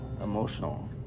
emotional